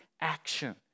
action